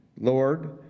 Lord